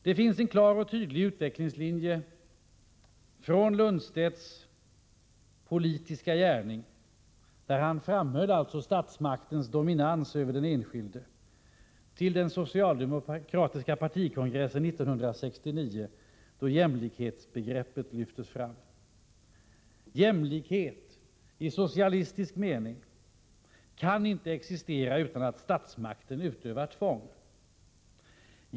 Det finns en klar och tydlig utvecklingslinje från Lundstedts politiska gärning — där han alltså framhöll statsmaktens dominans över den enskilde — till den socialdemokratiska partikongressen 1969, då jämlikhetsbegreppet lyftes fram. Jämlikhet i socialistisk mening kan inte existera utan att statsmakten utövar tvång.